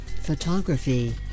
photography